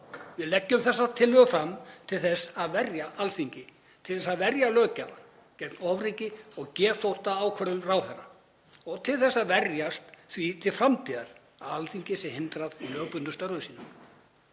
Við leggjum þessa tillögu fram til þess að verja Alþingi, til að verja löggjafann gegn ofríki og geðþóttaákvörðunum ráðherra og til að verjast því til framtíðar að Alþingi sé hindrað í lögbundnum störfum sínum.